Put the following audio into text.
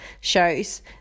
shows